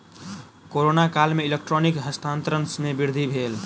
corona काल में electronic हस्तांतरण में वृद्धि भेल